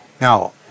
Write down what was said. Now